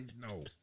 no